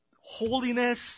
holiness